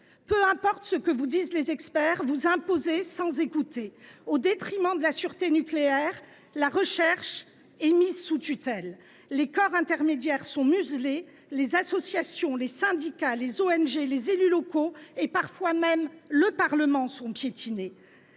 peu importe ce que vous disent les experts, vous imposez, sans écouter. Au détriment de la sûreté nucléaire, la recherche est mise sous tutelle, les corps intermédiaires sont muselés, les associations, les syndicats, les organisations non gouvernementales (ONG), les élus locaux et même, parfois, le Parlement, sont piétinés.